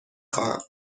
خواهم